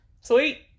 Sweet